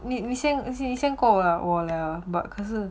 你 send 过我我 but 可是